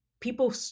people